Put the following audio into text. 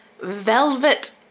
velvet